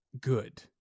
good